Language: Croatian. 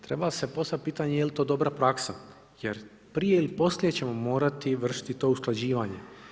Treba se postaviti pitanje, jel to dobro praksa jer prije ili poslije ćemo morati vršiti to usklađivanje.